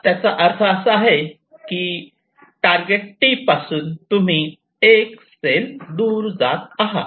त्याचा अर्थ असा आहे की T पासून तुम्ही 1 सेल दूर जात आहात